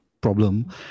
problem